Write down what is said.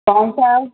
کونسا ہے